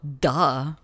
duh